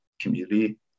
community